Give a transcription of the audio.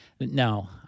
no